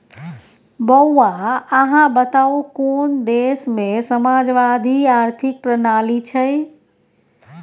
बौआ अहाँ बताउ कोन देशमे समाजवादी आर्थिक प्रणाली छै?